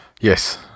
Yes